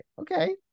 okay